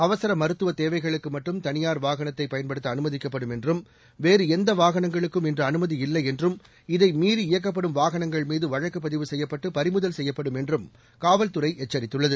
அவசர மருத்துவ தேவைகளுக்கு மட்டும் தனியார் வாகனத்தை பயன்படுத்த அனுமதிக்கப்படும் என்றும் வேறு எந்த வாகனங்களுக்கும் இன்று அனுமதியில்லை என்றும் இதை மீறி இயக்கப்படும் வாகனங்கள்மீது வழக்குப் பதிவு செய்யப்பட்டு பறிமுதல் செய்யப்படும் என்றும் காவல்துறை எச்சரித்துள்ளது